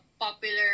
popular